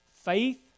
Faith